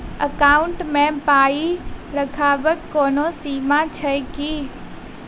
Account मे पाई रखबाक कोनो सीमा छैक की?